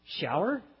Shower